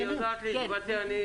היא יודעת להתבטא,